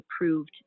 approved